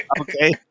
okay